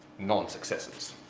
non-successes.